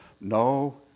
no